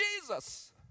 Jesus